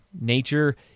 Nature